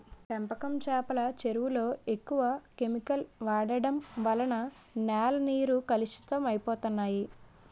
పెంపకం చేపల చెరువులలో ఎక్కువ కెమికల్ వాడడం వలన నేల నీరు కలుషితం అయిపోతన్నాయి